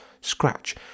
scratch